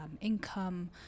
income